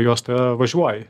juostoje važiuoji